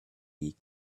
week